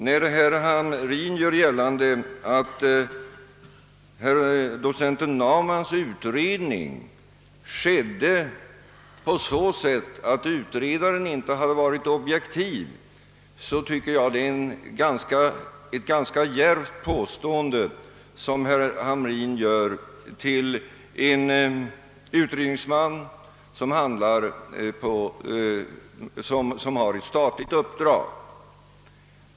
När herr Hamrin gör gällande att docenten Naumann inte var objektiv i sin utredning, tycker jag han gör sig skyldig till ett ganska djärvt påstående om en utredningsman som har ctt statligt uppdrag.